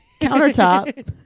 countertop